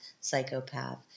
psychopath